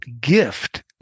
gift